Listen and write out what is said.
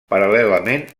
paral·lelament